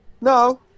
No